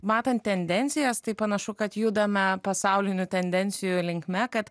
matant tendencijas tai panašu kad judame pasaulinių tendencijų linkme kad